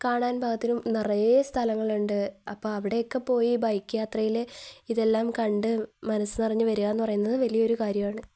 കാണാൻ പാകത്തിനും നിറയെ സ്ഥലങ്ങളുണ്ട് അപ്പോള് അവിടെയൊക്കെ പോയി ബൈക്ക് യാത്രയില് ഇതെല്ലാം കണ്ട് മനസ്സു നിറഞ്ഞു വരികയെന്നു പറയുന്നത് വലിയൊരു കാര്യമാണ്